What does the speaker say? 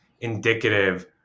indicative